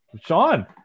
Sean